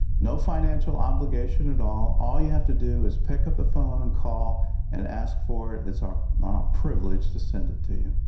no financial obligation at all. all you have to do is pick up the phone and call and ask for it. it's our privilege to send it to you.